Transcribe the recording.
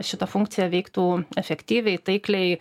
šita funkcija veiktų efektyviai taikliai